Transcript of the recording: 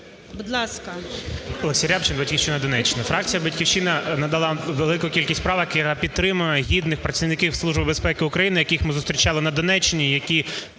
Будь ласка.